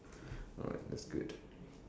alright that's good